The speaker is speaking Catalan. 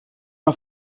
una